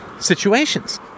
situations